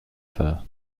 fur